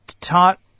taught